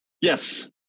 Yes